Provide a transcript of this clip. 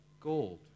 gold